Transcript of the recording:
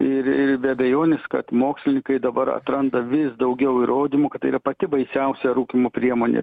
ir ir be abejonės kad mokslinykai dabar atranda vis daugiau įrodymų kad yra pati baisiausia rūkymo priemonė